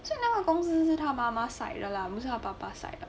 so now 他的公司是他妈妈 side 的 lah 不是他爸爸 side 的